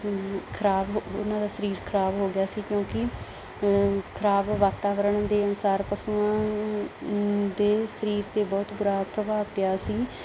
ਖਰਾਬ ਉਹਨਾਂ ਦਾ ਸਰੀਰ ਖਰਾਬ ਹੋ ਗਿਆ ਸੀ ਕਿਉਂਕਿ ਖਰਾਬ ਵਾਤਾਵਰਣ ਦੇ ਅਨੁਸਾਰ ਪਸ਼ੂਆਂ ਦੇ ਸਰੀਰ 'ਤੇ ਬਹੁਤ ਬੁਰਾ ਪ੍ਰਭਾਵ ਪਿਆ ਸੀ